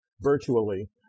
virtually